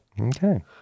Okay